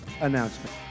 announcement